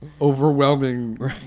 overwhelming